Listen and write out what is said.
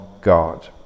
God